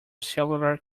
cellular